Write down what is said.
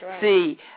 See